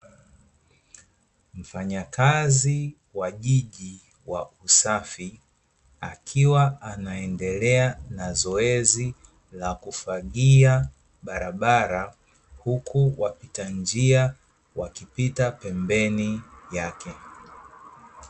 Mfanyakazi wa jiji wa usafi, akiwa anaendelea na zoezi la kufagia barabara, huku wapita njia wakipita pembeni yake.